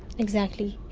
exactly,